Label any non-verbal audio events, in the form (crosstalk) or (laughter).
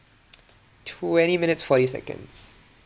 (noise) ya twenty minutes forty seconds